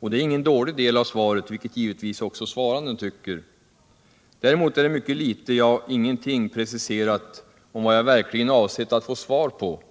Och det är ingen dålig del av svaret, vilket givetvis också interpellanten tycker. Däremot är det mycket litet, ja, ingenting preciserat om vad jag verkligen avsett att få svar på,